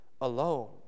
alone